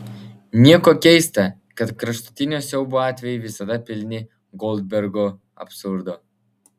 nieko keista kad kraštutinio siaubo atvejai visada pilni goldbergo absurdo